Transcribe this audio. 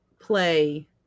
play